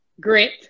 Grit